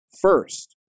First